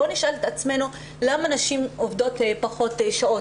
בואו נשאל את עצמנו למה נשים עובדות פחות שעות,